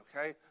okay